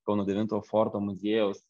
kauno devinto forto muziejaus